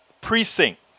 precinct